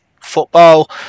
football